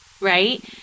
Right